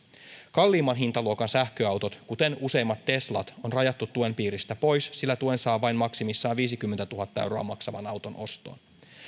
kalliimman hintaluokan sähköautot kuten useimmat teslat on rajattu tuen piiristä pois sillä tuen saa vain maksimissaan viisikymmentätuhatta euroa maksavan auton ostoon